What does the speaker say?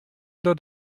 dat